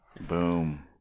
Boom